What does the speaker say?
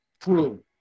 True